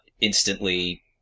instantly